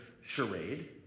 charade